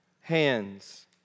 hands